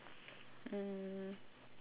um